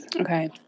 Okay